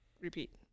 Repeat